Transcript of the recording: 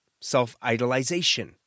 self-idolization